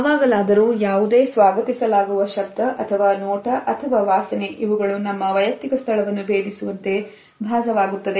ಯಾವಾಗಲಾದರೂ ಯಾವುದೇ ಸ್ವಾಗತಿಸಲಾಗುವುದು ಶಬ್ದ ಅಥವಾ ನೋಟ ಅಥವಾ ವಾಸನೆ ಇವುಗಳು ನಮ್ಮ ವಯಕ್ತಿಕ ಸ್ಥಳವನ್ನು ಭೇದಿಸುವಂತೆ ಭಾಸವಾಗುತ್ತದೆ